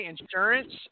Insurance